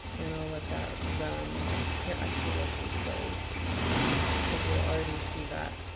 and i'll let that run here actually let's do close because we'll already see that